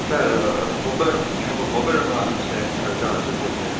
sir mobile எனக்கு ஒரு mobile ஒன்று வாங்கணும் சார் அதுக்குதான் வந்திருக்கேன் சார்